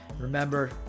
Remember